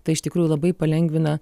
tai iš tikrųjų labai palengvina